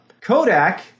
Kodak